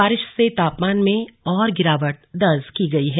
बारिश से तापमान में और गिरावट दर्ज की गई है